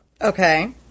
Okay